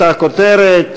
אותה כותרת,